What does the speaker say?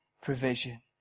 provision